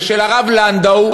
ושל הרב לנדא,